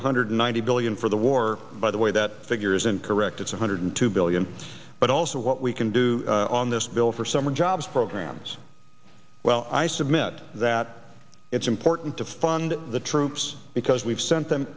the hundred ninety billion for the war by the way that figure is incorrect it's one hundred two billion but also what we can do on this bill for summer jobs programs well i submit that it's important to fund the troops because we've sent them